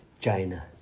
China